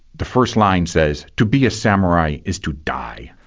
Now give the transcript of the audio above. the first line says to be a samurai is to die,